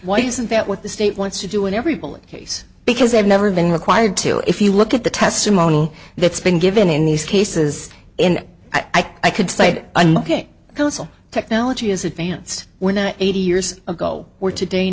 why isn't that what the state wants to do in every bullet case because they've never been required to if you look at the testimony that's been given in these cases and i could say ok counsel technology is advanced we're not eighty years ago or today